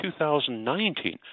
2019